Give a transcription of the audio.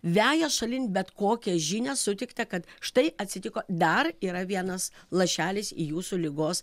veja šalin bet kokią žinią sutiktą kad štai atsitiko dar yra vienas lašelis į jūsų ligos